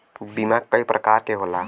बीमा कई परकार के होला